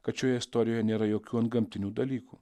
kad šioje istorijoje nėra jokių antgamtinių dalykų